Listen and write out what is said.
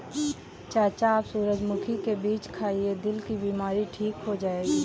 चाचा आप सूरजमुखी के बीज खाइए, दिल की बीमारी ठीक हो जाएगी